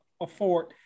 afford